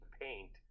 paint